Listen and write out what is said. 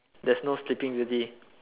there's no sleeping beauty